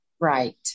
Right